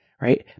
Right